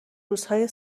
روزهای